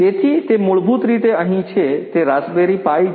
તેથી તે મૂળભૂત રીતે અહીં છે તે રાસ્પબેરી પાઇ છે